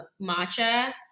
matcha